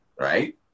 Right